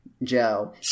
Joe